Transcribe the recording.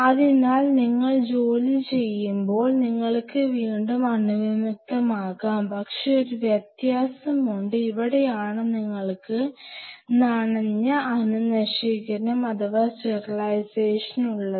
അതിനാൽ നിങ്ങൾ ജോലി ചെയ്യുമ്പോൾ നിങ്ങൾക്ക് വീണ്ടും അണുവിമുക്തമാക്കാം പക്ഷേ ഒരു വ്യത്യാസമുണ്ട് ഇവിടെയാണ് നിങ്ങൾക്ക് നനഞ്ഞ അണുനശീകരണം അഥവാ സ്റ്റെറിലൈസേഷൻ ഉള്ളത്